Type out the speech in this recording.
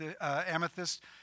amethyst